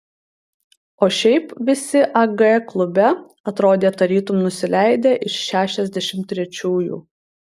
o šiaip visi ag klube atrodė tarytum nusileidę iš šešiasdešimt trečiųjų